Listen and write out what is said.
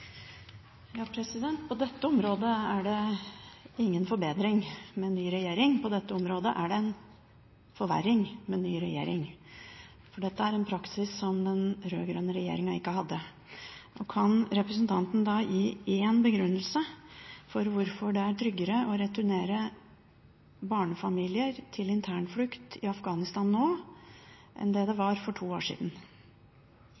en forverring med ny regjering, for dette er en praksis som den rød-grønne regjeringen ikke hadde. Kan representanten gi en begrunnelse for hvorfor det er tryggere å returnere barnefamilier til internflukt i Afghanistan nå enn det var for to år siden?